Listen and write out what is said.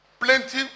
plenty